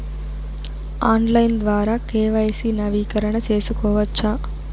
Online ద్వారా KYC నవీకరణ సేసుకోవచ్చా?